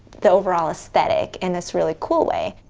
the overall aesthetic in this really cool way,